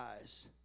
eyes